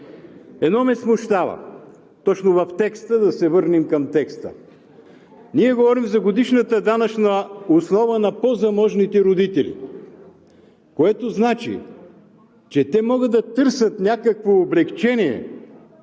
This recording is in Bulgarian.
Едно ме смущава – точно в текста. Да се върнем към текста. Ние говорим за годишната данъчна основа на по-заможните родители, което значи, че те могат да търсят някакво облекчение